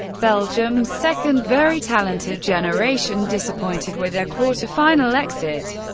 belgium's second very talented generation disappointed with a quarter-final exit.